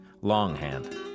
Longhand